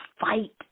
fight